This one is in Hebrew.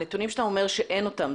הנתונים שאתה אומר שאין אותם,